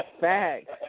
Facts